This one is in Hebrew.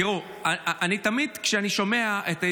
תראו, תמיד כשאני שומע את ההסבר,